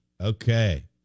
Okay